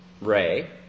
Ray